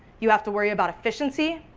you have to worry about efficiency,